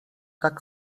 tak